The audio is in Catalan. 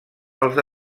als